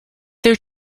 their